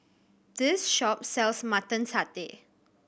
this shop sells Mutton Satay